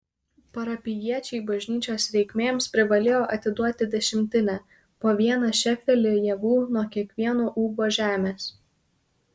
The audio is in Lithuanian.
parapijiečiai bažnyčios reikmėms privalėjo atiduoti dešimtinę po vieną šėfelį javų nuo kiekvieno ūbo žemės